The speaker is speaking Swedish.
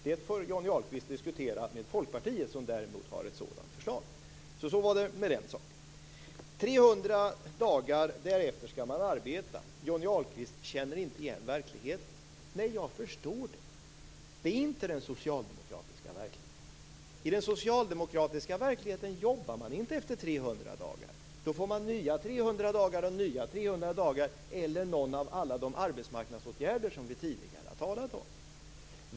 Det får Johnny Ahlqvist diskutera med Folkpartiet som däremot har ett sådant förslag. Så var det med den saken. 300 dagar, därefter skall man arbeta. Johnny Ahlqvist känner inte igen verkligheten. Nej, jag förstår det. Det är inte den socialdemokratiska verkligheten. I den socialdemokratiska verkligheten jobbar man inte efter 300 dagar. Då får man nya 300 dagar eller någon av alla de arbetsmarknadsåtgärder som vi tidigare har talat om.